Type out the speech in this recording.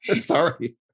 Sorry